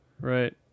Right